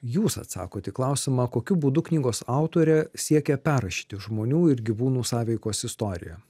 jūs atsakot į klausimą kokiu būdu knygos autorė siekia perrašyti žmonių ir gyvūnų sąveikos istoriją